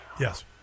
Yes